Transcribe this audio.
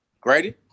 grady